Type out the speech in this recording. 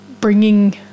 bringing